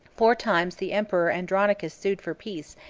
four times the emperor andronicus sued for peace,